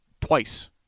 twice